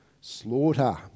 slaughter